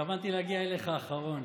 התכוונתי להגיע אליך אחרון.